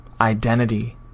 identity